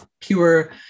pure